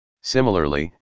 Similarly